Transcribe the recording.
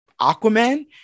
Aquaman